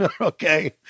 Okay